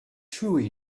true